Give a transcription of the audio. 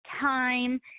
time